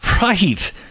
Right